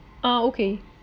uh okay